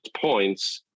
points